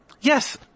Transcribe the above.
Yes